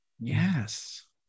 Yes